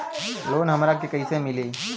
Loan हमरा के कईसे मिली?